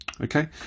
okay